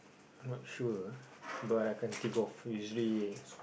not sure ah but I can't think of usually